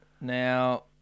Now